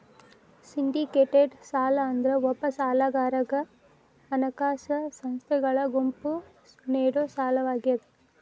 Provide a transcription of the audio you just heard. syndicated ಸಾಲ ಅಂದ್ರ ಒಬ್ಬ ಸಾಲಗಾರಗ ಹಣಕಾಸ ಸಂಸ್ಥೆಗಳ ಗುಂಪು ನೇಡೊ ಸಾಲವಾಗ್ಯಾದ